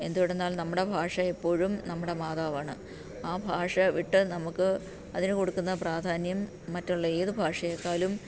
എന്തുകൊണ്ടെന്നാൽ നമ്മുടെ ഭാഷ എപ്പോഴും നമ്മുടെ മാതാവാണ് ആ ഭാഷ വിട്ട് നമുക്ക് അതിനു കൊടുക്കുന്ന പ്രാധാന്യം മറ്റുള്ള ഏത് ഭാഷയെക്കാലും